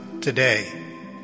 today